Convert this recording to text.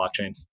blockchain